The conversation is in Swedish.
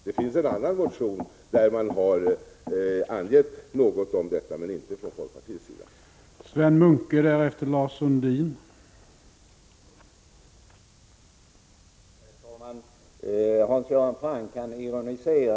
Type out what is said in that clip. Det finns en motion i vilken man något har redovisat hur förändringarna skall utformas, men det har inte gjorts från folkpartiets sida.